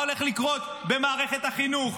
מה הולך לקרות במערכת החינוך,